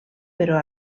però